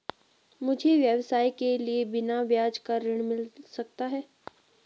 मुझे व्यवसाय के लिए बिना ब्याज का ऋण मिल सकता है?